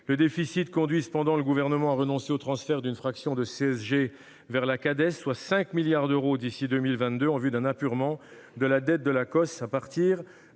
Le déficit conduit cependant le Gouvernement à renoncer au transfert d'une fraction de CSG vers la Cades, soit 5 milliards d'euros d'ici à 2022, en vue d'un apurement de la dette de l'Acoss à partir